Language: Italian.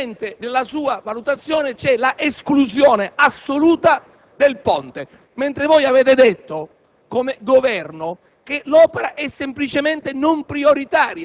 e i programmi precedenti. Fondamentalmente, nella sua valutazione c'è l'esclusione assoluta del ponte, mentre voi avete detto